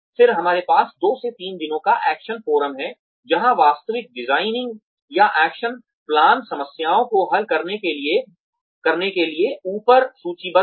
फिर हमारे पास 2 से 3 दिनों का एक्शन फोरम है जहां वास्तविक डिज़ाइनिंग या एक्शन प्लान समस्याओं को हल करने के लिए ऊपर सूचीबद्ध हैं